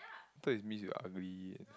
thought is means you ugly